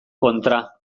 kontra